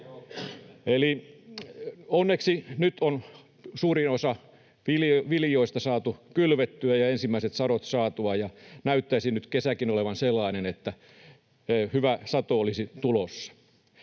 Eli onneksi nyt on suurin osa viljoista saatu kylvettyä ja ensimmäiset sadot saatu, ja näyttäisi nyt kesäkin olevan sellainen, että hyvä sato olisi tulossa.